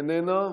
איננה,